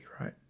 right